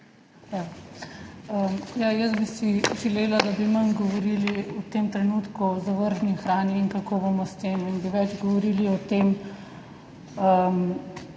Ja, jaz bi si želela, da bi manj govorili v tem trenutku o zavržni hrani in kako bomo s tem in bi več govorili o tem, kako